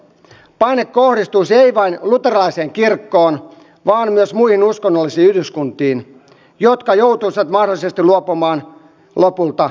paine ei kohdistuisi vain luterilaiseen kirkkoon vaan myös muihin uskonnollisiin yhdyskuntiin jotka joutuisivat mahdollisesti luopumaan lopulta vihkimisoikeudestaan